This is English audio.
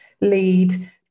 lead